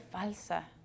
falsa